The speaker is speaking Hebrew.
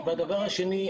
השני,